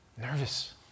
nervous